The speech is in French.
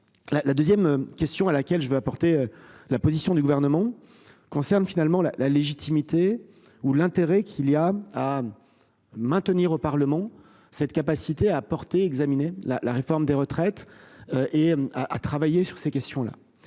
La, la 2ème. Question à laquelle je veux apporter la position du gouvernement. Concernent finalement la la légitimité ou l'intérêt qu'il y a à. Maintenir au Parlement. Cette capacité à apporter examiner la la réforme des retraites. Et à, à travailler sur ces questions là,